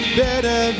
better